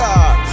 God